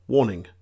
Warning